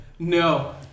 No